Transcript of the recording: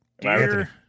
Dear